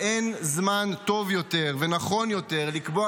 ואין זמן טוב יותר ונכון יותר לקבוע